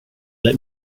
let